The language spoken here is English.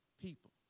people